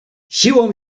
siłą